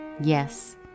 Yes